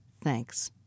Thanks